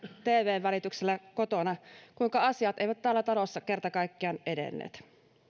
tvn välityksellä kotona kuinka asiat eivät täällä talossa kerta kaikkiaan edenneet